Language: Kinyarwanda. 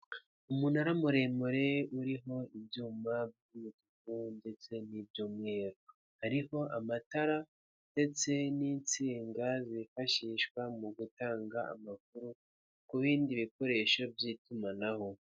Umunara muremure uriho ibyuma by'umutuku ndetse n'iby'umweru. Hariho amatara ndetse n'insinga zifashishwa mu gutanga amakuru ku bindi bikoresho by'itumanaho.